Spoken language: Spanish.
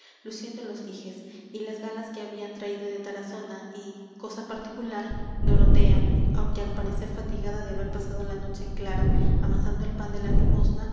tamboril luciendo los dijes y las galas que habían traído de tarazona y cosa particular dorotea aunque al parecer fatigada de haber pasado la noche en claro amasando el pan de la limosna